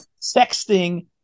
sexting